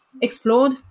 explored